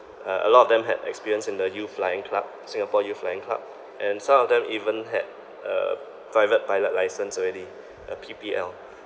uh a lot of them had experience in the youth flying club singapore youth flying club and some of them even had a private pilot license already a P_P_L